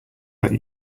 let